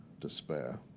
despair